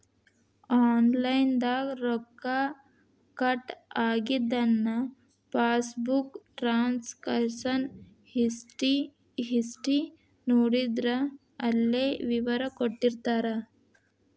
online ದಾಗ ರೊಕ್ಕ cut ಆಗಿದನ್ನ ಪಾಸ್ಬುಕ್ ಟ್ರಾನ್ಸಕಶನ್ ಹಿಸ್ಟಿ ನೋಡಿದ್ರ ಅಲ್ಲೆ ವಿವರ ಕೊಟ್ಟಿರ್ತಾರ